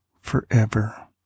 forever